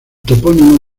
topónimo